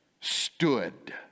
stood